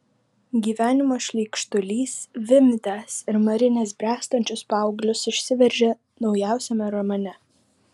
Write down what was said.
gyvenimo šleikštulys vimdęs ir marinęs bręstančius paauglius išsiveržė naujausiame romane